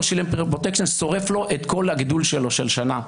שילם לו פרוטקשן שורף את כל הגידול שלו של שנה,